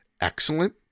excellent